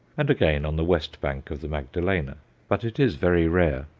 and again on the west bank of the magdalena but it is very rare.